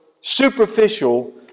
superficial